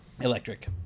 Electric